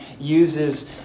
uses